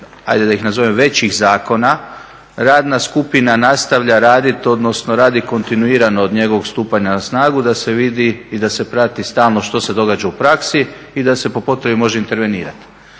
ajde da ih nazovem većih zakona, radna skupina nastavlja raditi odnosno radi kontinuirano od njegovog stupanja na snagu da se vidi i da se prati stalno što se događa u praksi i da se po potrebi može intervenirati.